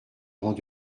rangs